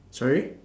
sorry